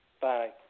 Bye